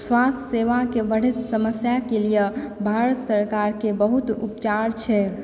स्वास्थ्य सेवा के बढ़ैत समस्या के लिय भारत सरकार के बहुत उपचार छै